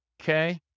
Okay